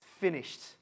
finished